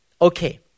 okay